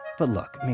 but look,